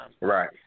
Right